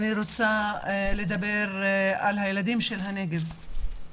אני רוצה לדבר על הילדים של הנגב.